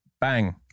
bang